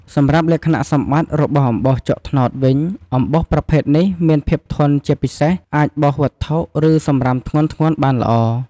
សម្រាប់លក្ខណៈសម្បត្តិរបស់អំបោសជក់ត្នោតវិញ អំបោសប្រភេទនេះមានភាពធន់ជាពិសេស អាចបោសវត្ថុ ឬសម្រាមធ្ងន់ៗបានល្អ។